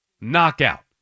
knockout